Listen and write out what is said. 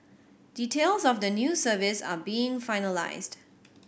details of the new service are being finalised